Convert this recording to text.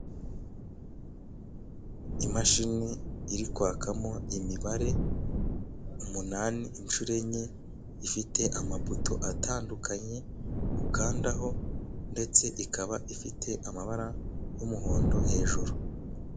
Imashini iri kwakamo imibare. Umunani inshuro enye, ifite amabuto atandukanye ukandaho, ndetse ikaba ifite amabara y'umuhondo hejuru.